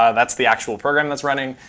ah that's the actual program that's running.